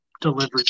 delivered